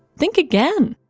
think again.